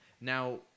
Now